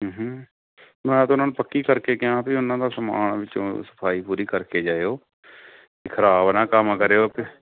ਮੈਂ ਤਾਂ ਉਹਨਾਂ ਨੂੰ ਪੱਕੀ ਕਰਕੇ ਕਿਹਾ ਵੀ ਉਹਨਾਂ ਦਾ ਸਮਾਨ ਵਿੱਚੋਂ ਸਫਾਈ ਪੂਰੀ ਕਰਕੇ ਜਾਇਓ ਵੀ ਖ਼ਰਾਬ ਨਾ ਕੰਮ ਕਰਿਓ ਤੇ